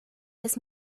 des